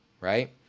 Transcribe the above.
right